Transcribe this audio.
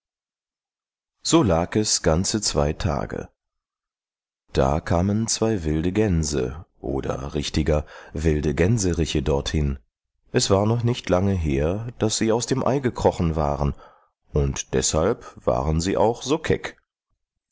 so lag es ganze zwei tage da kamen zwei wilde gänse oder richtiger wilde gänseriche dorthin es war noch nicht lange her daß sie aus dem ei gekrochen waren und deshalb waren es auch so keck